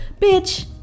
bitch